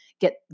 get